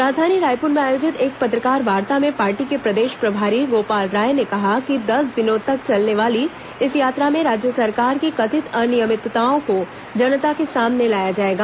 राजधानी रायपुर में आयोजित एक पत्रकारवार्ता में पार्टी के प्रदेश प्रभारी गोपाल राय ने कहा कि दस दिनों तक चलने वाली इस यात्रा में राज्य सरकार की कथित अनियमितताओं को जनता के सामने लाया जाएगा